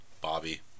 Bobby